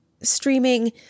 streaming